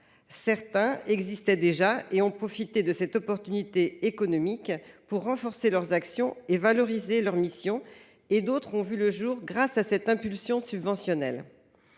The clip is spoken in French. Certains existaient déjà et ont profité de cette opportunité économique pour renforcer leurs actions et valoriser leurs missions, tandis que d’autres ont vu le jour grâce à cette impulsion subventionnelle.